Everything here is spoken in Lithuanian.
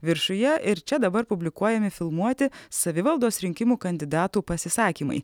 viršuje ir čia dabar publikuojami filmuoti savivaldos rinkimų kandidatų pasisakymai